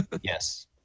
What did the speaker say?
Yes